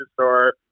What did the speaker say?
store